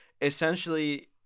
essentially